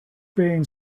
being